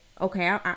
okay